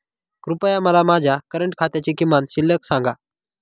कृपया मला माझ्या करंट खात्याची किमान शिल्लक सांगा